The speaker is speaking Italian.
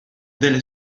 delle